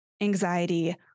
anxiety